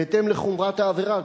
בהתאם לחומרת העבירה.